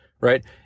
Right